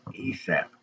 asap